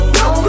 no